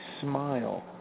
smile